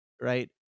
right